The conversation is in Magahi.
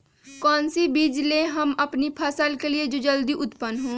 कौन सी बीज ले हम अपनी फसल के लिए जो जल्दी उत्पन हो?